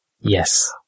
Yes